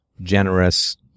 generous